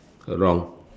her wrong